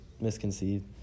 misconceived